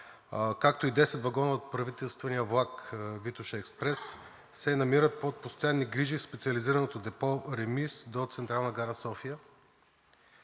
както и десет вагона от правителствения влак „Витоша експрес“ се намират под постоянни грижи в специализираното депо „Ремис“ до Централна гара – София.